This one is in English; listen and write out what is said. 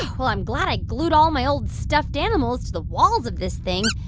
well, i'm glad i glued all my old stuffed animals to the walls of this thing.